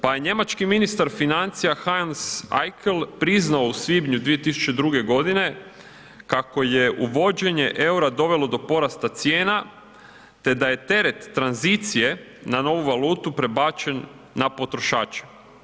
Pa je njemački ministar financija Hans Eichel priznao u svibnju 2002. godine kako je uvođenje EUR- dovelo do porasta cijena te da je teret tranzicije na novu valutu prebačen na potrošače.